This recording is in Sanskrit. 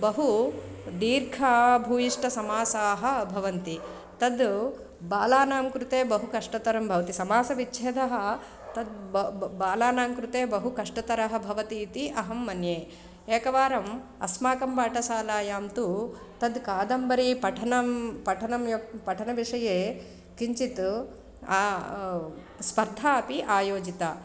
बहु दीर्घ भूयिष्टसमासाः भवन्ति तत् बालानां कृते बहु कष्टतरं भवति समासविच्छेदः तत् बालानां कृते बहु कष्टतरं भवति इति अहं मन्ये एकवारं अस्माकं पाठशालायां तु तत् कादम्बरी पठनं पठनं म् पठनविषये किञ्चित् स्पर्धा अपि आयोजिता